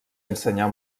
ensenyar